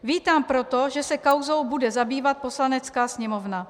Vítám proto, že se kauzou bude zabývat Poslanecká sněmovna.